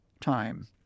time